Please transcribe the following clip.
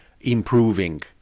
improving